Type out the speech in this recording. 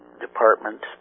department